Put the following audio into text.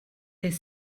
est